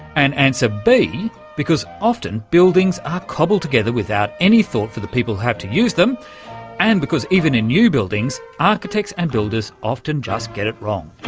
and answer b because often buildings are cobbled together without any thought for the people who have to use them and because even in new buildings architects and builders often just get it wrong.